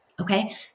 Okay